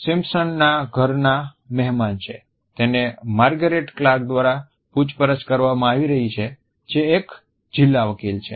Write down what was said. Simpson ના ઘરના મહેમાન છે જેને માર્ગરેટ ક્લાર્ક દ્વારા પૂછપરછ કરવામાં આવી રહી છે જે એક જિલ્લા વકીલ છે